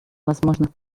возможных